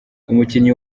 umukinnyi